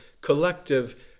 collective